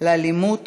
לאלימות